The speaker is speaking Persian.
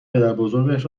پدربزرگش